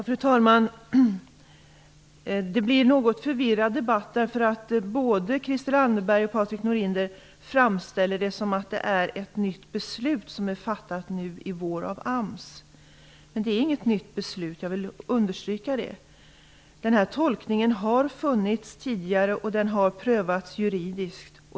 Fru talman! Det blir en något förvirrad debatt. Både Christel Anderberg och Patrik Norinder framställer det som att det är fråga om ett nytt beslut som AMS har fattat nu under våren. Men det är inget nytt beslut, det vill jag understryka. Denna tolkning har gjorts tidigare och den har prövats juridiskt.